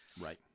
Right